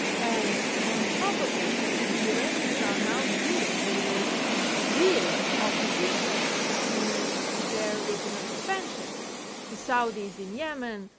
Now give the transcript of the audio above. and on top of this, the iranians are now dealing with real opposition to their regional expansion the saudis in yemen,